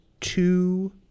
two